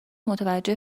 متوجه